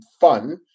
fun